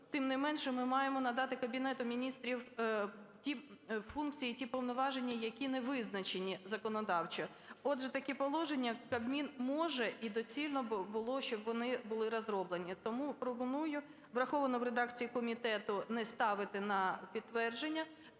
тим не менше, ми маємо надати Кабінету Міністрів ті функції і ті повноваження, які не визначені законодавчо. Отже, такі положення Кабмін може і доцільно б було, щоб вони були розроблені. Тому пропоную, враховано в редакції комітету, не ставити на підтвердження.